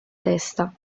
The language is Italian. testa